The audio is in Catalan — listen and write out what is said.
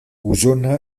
osona